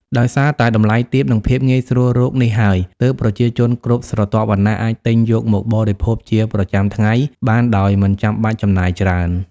ដោយសារតែតម្លៃទាប និងភាពងាយស្រួលរកនេះហើយ ទើបប្រជាជនគ្រប់ស្រទាប់វណ្ណៈអាចទិញយកមកបរិភោគជាប្រចាំថ្ងៃបានដោយមិនចាំបាច់ចំណាយច្រើន។